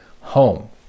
home